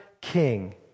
king